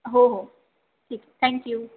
हो हो ठीक आहे थँक्यू